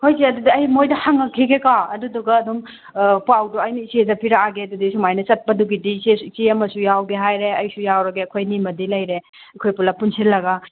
ꯍꯣꯏ ꯏꯆꯦ ꯑꯗꯨꯗꯤ ꯑꯩ ꯃꯣꯏꯗ ꯍꯪꯉꯛꯈꯤꯒꯦꯀꯣ ꯑꯗꯨꯗꯨꯒ ꯑꯗꯨꯝ ꯄꯥꯎꯗꯣ ꯑꯩꯅ ꯏꯆꯦꯗ ꯄꯤꯔꯛꯑꯒꯦ ꯑꯗꯨꯗꯤ ꯁꯨꯃꯥꯏꯅ ꯆꯠꯄꯗꯨꯒꯤꯗꯤ ꯏꯆꯦ ꯑꯃ ꯌꯥꯎꯒꯦ ꯍꯥꯏꯔꯦ ꯑꯩꯁꯨ ꯌꯥꯎꯔꯒꯦ ꯑꯩꯈꯣꯏ ꯑꯅꯤꯃꯗꯤ ꯂꯩꯔꯦ ꯑꯩꯈꯣꯏ ꯄꯨꯂꯞ ꯄꯨꯟꯁꯤꯜꯂꯒ